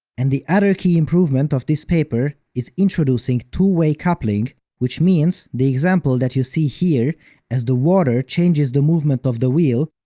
and the other key improvement of this paper is introducing two-way coupling, which means the example that you see here as the water changes the movement of the wheel,